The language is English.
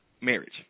marriage